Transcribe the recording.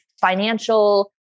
financial